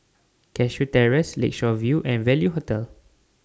Cashew Terrace Lakeshore View and Value Hotel